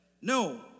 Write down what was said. no